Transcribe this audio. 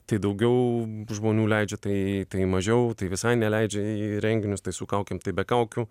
tai daugiau žmonių leidžia tai tai mažiau tai visai neleidžia į renginius tai su kaukėm tai be kaukių